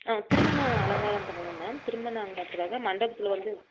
ஆ திருமண அலங்காரம் பண்ணணும் மேம் திருமண அலங்காரத்துக்காக மண்டபத்தில் வந்து